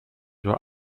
were